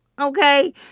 okay